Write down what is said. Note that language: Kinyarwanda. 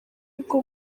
bwo